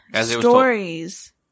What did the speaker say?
stories